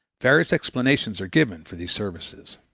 various explanations are given' for these services.